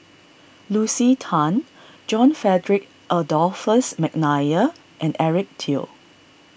Lucy Tan John Frederick Adolphus McNair and Eric Teo